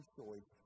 choice